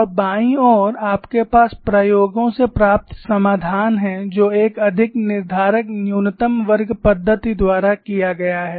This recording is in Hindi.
और बाईं ओर आपके पास प्रयोगों से प्राप्त समाधान है जो एक अधिक निर्धारक न्यूनतम वर्ग पद्धति द्वारा किया जाता है